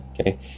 okay